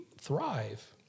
thrive